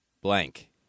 blank